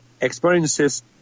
experiences